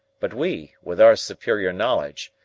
but we, with our superior knowledge,